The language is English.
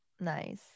nice